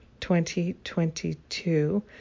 2022